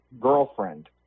girlfriend